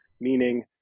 meaning